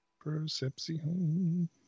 Perception